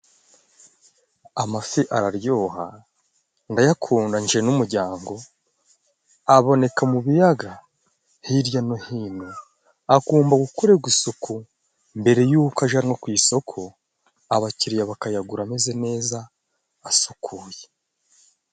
Amafi araryoha ndayakunda nje n'umuryango aboneka mu biyaga hirya no hino agomba gukorerwa isuku mbere yuko aja no ku isoko abacyiriya bakayagura ameze neza asukuye.